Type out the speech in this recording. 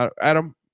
Adam